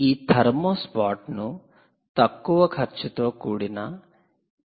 ఈ thermo spot ను తక్కువ ఖర్చుతో కూడిన టి